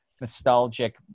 nostalgic